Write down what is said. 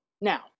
Now